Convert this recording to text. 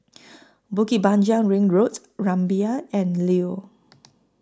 Bukit Panjang Ring Road Rumbia and The Leo